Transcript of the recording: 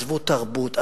עזבו תרבות,